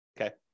okay